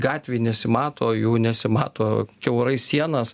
gatvėj nesimato jų nesimato kiaurai sienas